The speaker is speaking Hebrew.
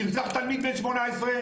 נרצח תלמיד בן 18,